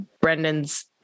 Brendan's